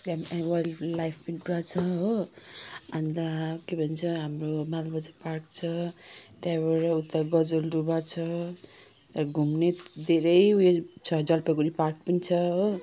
के wildlife पनि पुरा छ हो अन्त के भन्छ हाम्रो माल बजार पार्क छ त्यहाँबाट उता गजलडुबा छ घुम्ने धेरै उयो छ जलपाइगुडी पार्क पनि छ हो